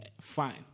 Fine